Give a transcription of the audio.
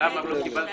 חברת הכנסת תמנו,